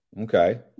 Okay